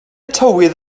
tywydd